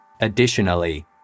Additionally